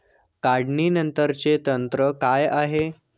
काढणीनंतरचे तंत्र काय आहे?